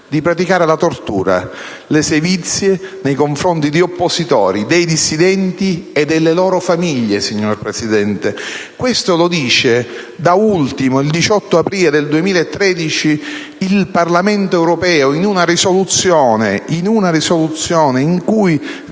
di praticare la tortura, le sevizie, nei confronti degli oppositori, dei dissidenti e delle loro famiglie. Questo lo dice, da ultimo, il 18 aprile del 2013, il Parlamento europeo in una risoluzione in cui